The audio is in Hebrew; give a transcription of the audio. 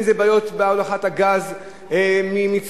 אם אלה בעיות בהולכת הגז ממצרים,